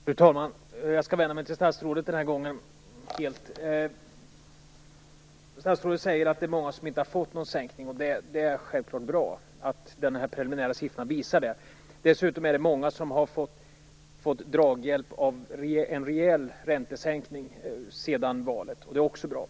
Fru talman! Jag skall vända mig till statsrådet den här gången. Statsrådet säger att det är många som inte har fått någon sänkning. Det är självfallet bra att de preliminära siffrorna visar det. Dessutom är de många som har fått draghjälp av en rejäl räntesänkning sedan valet. Det är också bra.